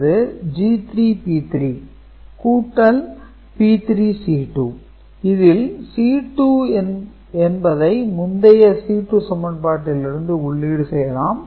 C2 G2 P2G1 P1G0 P1P0C 1 C2 G2 P2G1 P2P1G0 P2P1P0C 1 மேலும் 4 இலக்க கூட்டலில் C3 என்பது G3 P3 கூட்டல் P3 C2 இதில் C2 என்பதை முந்தைய C2 சமன்பாட்டிலுருந்து உள்ளீடு செய்யலாம்